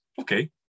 okay